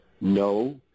no